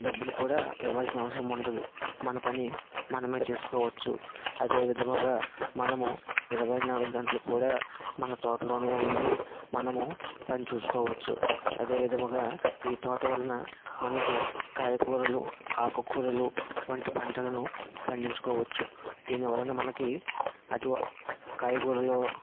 డబ్బులు కూడా ఇవ్వాల్సిన అవసరం ఉండదు మన పని మనమే చేసుకోవచ్చు అదే విధముగా మనము ఇరవై నాలుగు గంటలు కూడా మన తోటలోనే ఉండి మనము పని చూసుకోవచ్చు అదే విధముగా ఈ తోట వలన మనకు కాయకూరలు ఆకుకూరలు వంటి పంటలను పండించుకోవచ్చు దీని వలన మనకి అటువ కాయకూరలు